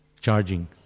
Charging